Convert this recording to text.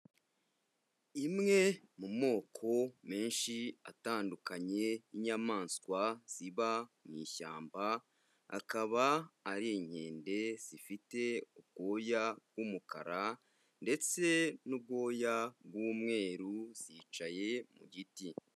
Imwe mu moko menshi atandukanye y'inyamaswa ziba mu ishyamba akaba ari inkende zifite ubwoya bw'umukara ndetse n'ubwoya bw'umweru zicaye mu giti.